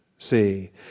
See